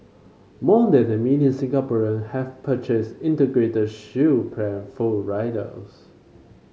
more than a million Singaporean have purchased Integrated Shield Plan full riders